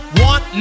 want